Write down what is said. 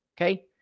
Okay